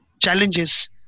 challenges